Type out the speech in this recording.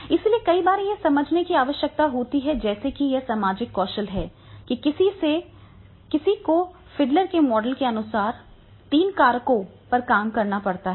इसलिए कई बार यह समझने की आवश्यकता होती है जैसे कि यहां सामाजिक कौशल है कि किसी को फिडलर के मॉडल के अनुसार तीन कारकों पर काम करना पड़ता है